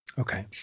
okay